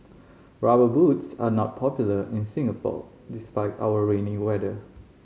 Rubber Boots are not popular in Singapore despite our rainy weather